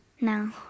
No